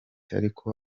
ariko